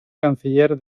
canciller